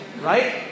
right